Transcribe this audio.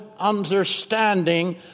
understanding